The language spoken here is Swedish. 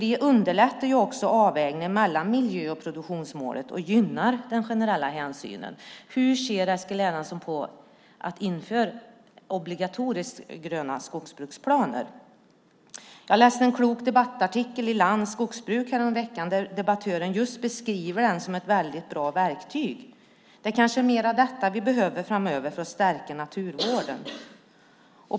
Det underlättar också avvägningen mellan miljö och produktionsmålet och gynnar den generella hänsynen. Hur ser Eskil Erlandsson på att obligatoriskt införa gröna skogsbruksplaner? Jag läste en klok debattartikel i Land Skogsbruk häromveckan. Där beskriver debattören den som ett väldigt bra verktyg. Det kanske är mer av detta vi behöver framöver för att stärka naturvården.